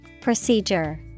Procedure